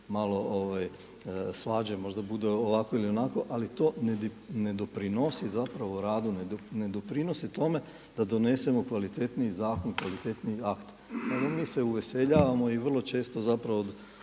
malo svađe, možda bude ovako ili onako, ali to ne doprinosi radu, ne doprinosi tome da donesemo kvalitetniji zakon, kvalitetniji akt. Nego mi se uveseljavamo i vrlo često od